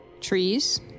Trees